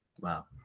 Wow